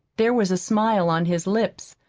there was a smile on his lips,